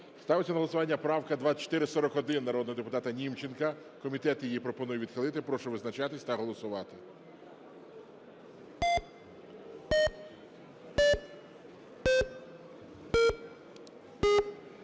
Ставиться на голосування правка 2441 народного депутата Німченка. Комітет її пропонує відхилити. Прошу визначатись та голосувати.